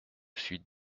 suis